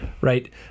Right